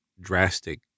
drastic